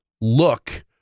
look